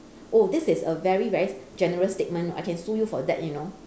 oh this is a very very general statement you know I can sue you for that you know